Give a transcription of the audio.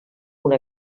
una